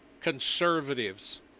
conservatives